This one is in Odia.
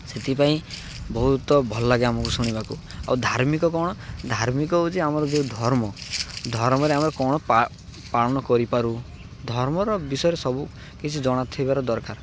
ସେଥିପାଇଁ ବହୁତ ଭଲ ଲାଗେ ଆମକୁ ଶୁଣିବାକୁ ଆଉ ଧାର୍ମିକ କ'ଣ ଧାର୍ମିକ ହେଉଛି ଆମର ଯେଉଁ ଧର୍ମ ଧର୍ମ ରେ ଆମେ କ'ଣ ପାଳନ କରିପାରୁ ଧର୍ମର ବିଷୟରେ ସବୁ କିଛି ଜଣାଥିବାର ଦରକାର